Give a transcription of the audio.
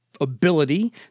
ability